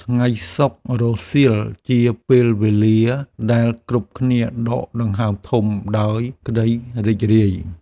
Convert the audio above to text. ថ្ងៃសុក្ររសៀលជាពេលវេលាដែលគ្រប់គ្នាដកដង្ហើមធំដោយក្ដីរីករាយ។